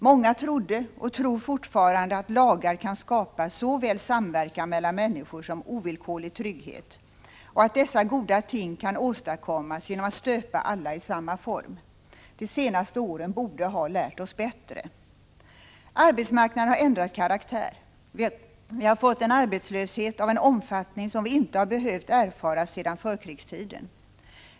Många trodde, och tror fortfarande, att lagar kan skapa såväl samverkan mellan människor som ovillkorlig trygghet och att dessa goda ting kan åstadkommas genom att stöpa alla i samma form. De senaste åren borde ha lärt oss bättre. Arbetsmarknaden har ändrat karaktär. Vi har fått en arbetslöshet av en omfattning som vi inte har behövt erfara sedan förkrigstiden.